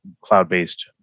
cloud-based